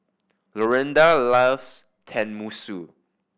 Lorinda loves Tenmusu